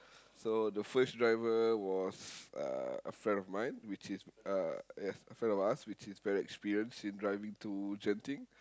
so the first driver was uh a friend of mine which is uh yes a friend of ours which is very experienced in driving to Genting